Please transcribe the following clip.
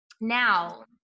Now